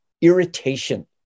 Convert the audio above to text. irritation